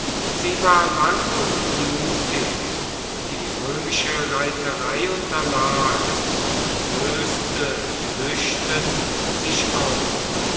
sie war lang und blutig die römische reiterei unterlag und löste flüchtend sich auf